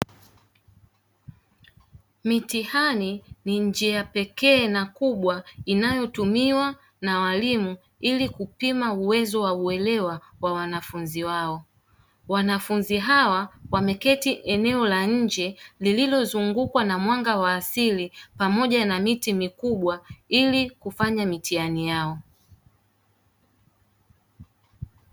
Mitihani ni njia pekee na kubwa inayotumiwa na walimu ili kupima uwezo wa uelewa wa wanafunzi wao, wanafunzi hawa wameketii eneo la nje lililozungukwa na mwanga wa asili pamoja na miti mikubwa ili kufanya mitihani yao.